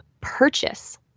purchase